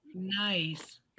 Nice